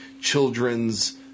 children's